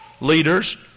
leaders